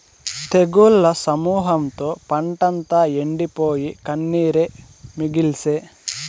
తెగుళ్ల సమూహంతో పంటంతా ఎండిపోయి, కన్నీరే మిగిల్సే